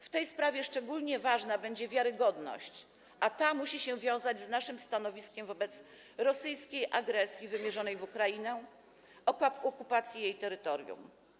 W tej sprawie szczególnie ważna będzie wiarygodność, a ta musi się wiązać z naszym stanowiskiem wobec rosyjskiej agresji wymierzonej w Ukrainę i okupacji jej terytorium.